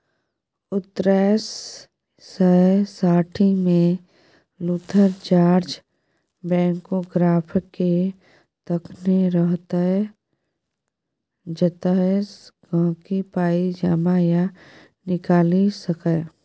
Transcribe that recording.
उन्नैस सय साठिमे लुथर जार्ज बैंकोग्राफकेँ तकने रहय जतयसँ गांहिकी पाइ जमा या निकालि सकै